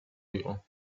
იყო